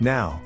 Now